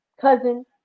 cousin